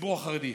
לציבור החרדי.